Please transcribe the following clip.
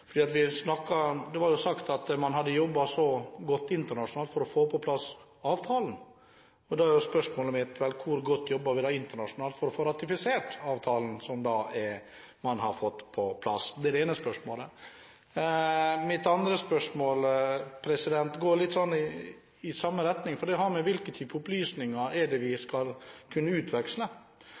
man hadde jobbet godt internasjonalt for å få på plass avtalen. Da er spørsmålet mitt: Vel, hvor godt jobber vi da internasjonalt for å få ratifisert avtalen man har fått på plass? Det er det ene spørsmålet. Mitt andre spørsmål går litt i samme retning, for det har å gjøre med hvilke typer opplysninger vi skal kunne utveksle.